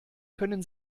können